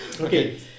Okay